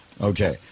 Okay